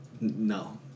No